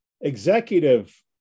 executive